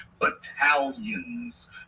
battalions